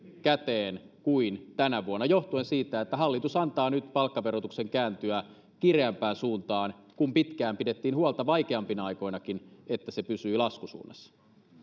käteen kuin tänä vuonna johtuen siitä että hallitus antaa nyt palkkaverotuksen kääntyä kireämpään suuntaan kun pitkään pidettiin huolta vaikeampina aikoinakin että se pysyy laskusuunnassa